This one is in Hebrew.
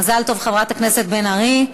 מזל טוב, חברת הכנסת בן ארי.